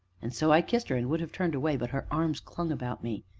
and so i kissed her, and would have turned away, but her arms clung about me.